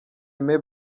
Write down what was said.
aimé